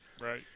Right